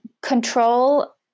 control